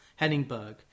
Henningberg